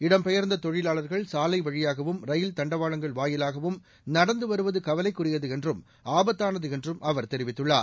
இடம்பெயர்ந்த தொழிலாளர்கள் சாலை வழியாகவும் ரயில் தண்டவாளங்கள் வாயிலாகவும் நடந்து வருவது கவலைக்குரியது என்றும் ஆபத்தானது என்றும் அவர் தெரிவித்துள்ளார்